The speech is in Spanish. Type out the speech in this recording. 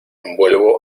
vuelvo